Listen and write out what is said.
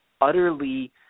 utterly